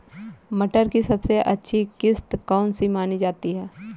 मटर की सबसे अच्छी किश्त कौन सी मानी जाती है?